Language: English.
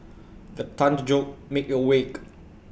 the thunder jolt me awake